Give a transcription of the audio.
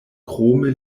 krome